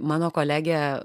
mano kolegė